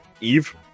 Eve